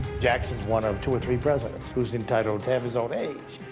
jackson's one of two or three presidents who's entitled to have his own age.